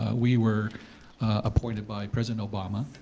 ah we were appointed by president obama.